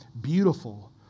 beautiful